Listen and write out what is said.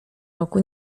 roku